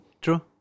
True